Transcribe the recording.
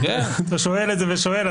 אתה שואל את זה ושואל,